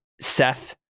seth